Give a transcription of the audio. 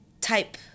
type